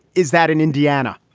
is that in indiana?